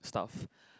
stuff